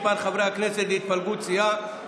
מספר חברי הכנסת להתפלגות סיעה),